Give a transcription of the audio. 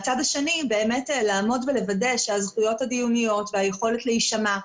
לעמוד ולוודא שהזכויות הדיוניות והיכולת להישמע,